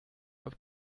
auf